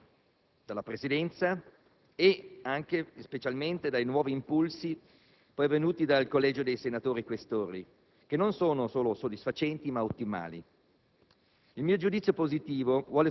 per i servizi forniti dal Senato, dalla Presidenza e specialmente dai nuovi impulsi provenienti dal Collegio dei senatori Questori, che non sono solo soddisfacenti, ma ottimali.